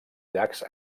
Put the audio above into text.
llacs